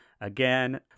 again